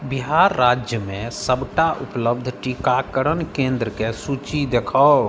बिहार राज्यमे सभटा उपलब्ध टीकाकरण केन्द्रके सूची देखाउ